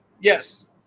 yes